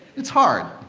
it's hard.